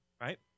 right